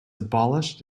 abolished